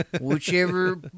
Whichever